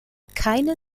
keine